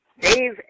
Dave